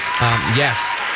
Yes